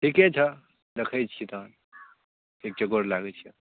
ठीके छऽ देखै छिए तऽ ठीक छै गोर लागै छिअऽ